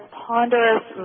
ponderous